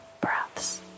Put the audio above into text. breaths